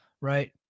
right